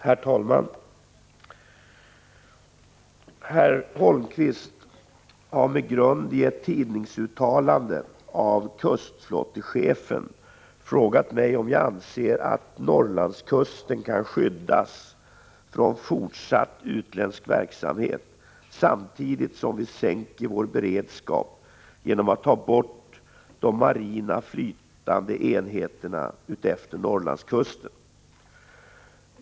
Herr talman! Herr Holmkvist har med grund i ett tidningsuttalande av kustflottechefen frågat mig om jag anser att Norrlandskusten kan skyddas från fortsatt utländsk verksamhet samtidigt som vi sänker vår beredskap genom att ta bort de marina flytande enheterna utefter Norrlandskusten.